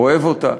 אוהב אותה